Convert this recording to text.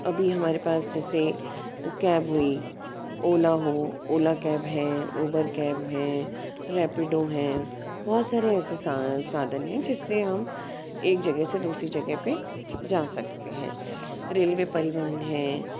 अभी हमारे पास जैसे कैब हुई ओला हो ओला कैब है ऊबर कैब हैं रैपीडो हैं बहुत सारे ऐसे सा साधन जिससे हम एक जगह से दूसरी जगह पे जा सकते हैं रेलवे परिवहन हैं